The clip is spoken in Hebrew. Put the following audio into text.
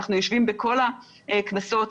אנחנו יושבים בכל הישיבות בכנסת,